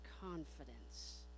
confidence